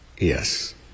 yes